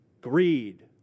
greed